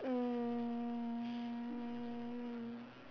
um